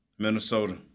Minnesota